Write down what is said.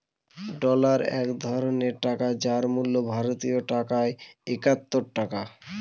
dollar এক ধরনের টাকা যার মূল্য ভারতীয় টাকায় একাত্তর টাকা